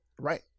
Right